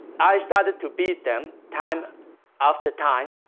i started to beat them time after time